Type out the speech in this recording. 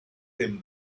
him